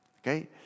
Okay